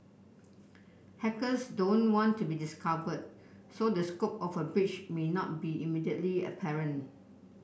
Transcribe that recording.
hackers don't want to be discovered so the scope of a breach may not be immediately apparent